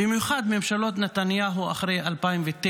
במיוחד ממשלות נתניהו אחרי 2009,